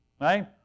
right